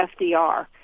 FDR